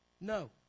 No